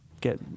get